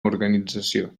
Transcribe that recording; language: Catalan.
organització